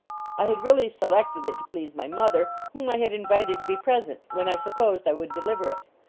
i had really selected it to please my mother, whom i had invited to be present, when i supposed i would deliver it.